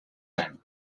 nen